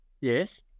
Yes